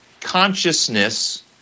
consciousness